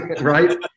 Right